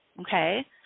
okay